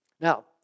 Now